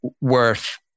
worth